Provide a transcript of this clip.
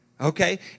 Okay